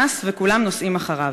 וכולם נוסעים אחריו.